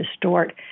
distort